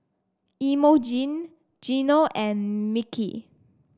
Emogene Geno and Micky